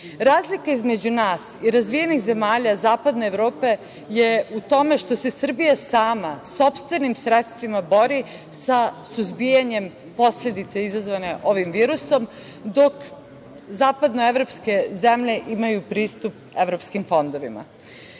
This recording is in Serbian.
između nas i razvijenih zemalja zapadne Evrope je u tome što se Srbija sama, sopstvenim sredstvima bori sa suzbijanjem posledica izazvanih ovim virusom, dok zapadnoevropske zemlje imaju pristup evropskim